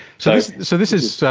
so so this is,